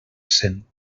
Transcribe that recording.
cent